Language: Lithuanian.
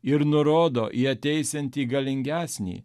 ir nurodo į ateisiantį galingesnį